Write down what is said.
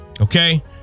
okay